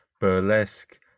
burlesque